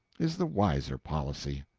is the wiser policy.